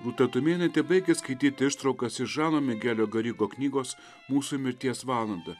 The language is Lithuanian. rūta tumėnaitė baigė skaityt ištraukas iš žano migelio garigo knygos mūsų mirties valandą